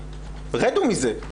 רדו מזה,